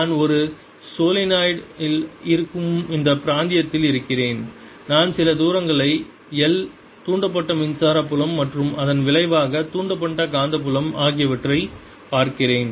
நான் ஒரு சோலெனாய்டு இருக்கும் இந்த பிராந்தியத்தில் இருக்கிறேன் நான் சில தூரங்களை l தூண்டப்பட்ட மின்சார புலம் மற்றும் அதன் விளைவாக தூண்டப்பட்ட காந்தப்புலம் ஆகியவற்றைப் பார்க்கிறேன்